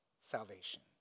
salvation